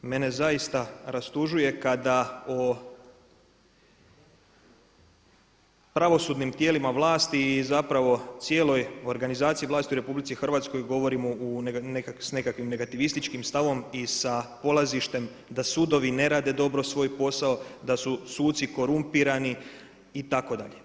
Mene zaista rastužuje kada o pravosudnim tijelima vlasti i zapravo cijeloj organizaciji vlasti u Republici Hrvatskoj govorimo sa nekakvim negativističkim stavom i sa polazištem da sudovi ne rade dobro svoj posao, da su suci korumpirani itd.